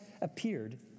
appeared